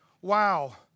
Wow